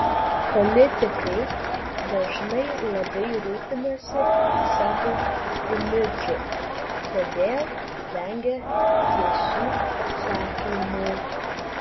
politikai dažnai labai rūpinasi savo imidžu todėl vengia tiesių atsakymų